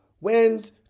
wins